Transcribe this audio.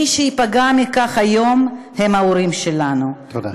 מי שייפגע מכך היום הם ההורים שלנו, תודה.